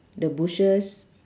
the bushes